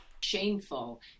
Shameful